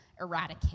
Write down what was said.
eradicate